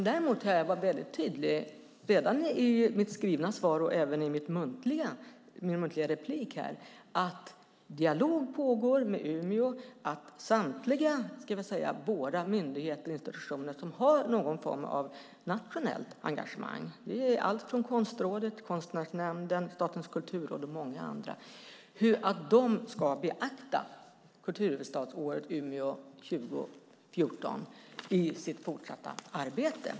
Däremot kan jag vara väldigt tydlig redan i mitt skrivna svar och även i mina muntliga inlägg om att dialog pågår med Umeå och att samtliga våra myndigheter och institutioner som har någon form av nationellt engagemang - det är allt från Konstrådet till Konstnärsnämnden, Statens kulturråd och många andra - ska beakta kulturhuvudstadsåret i Umeå 2014 i sitt fortsatta arbete.